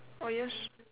oh yes